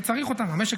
כי צריך אותם, המשק